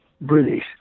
British